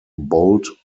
bold